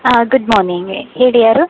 ಹಾಂ good morning ಹೇಳಿ ಯಾರು